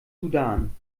sudan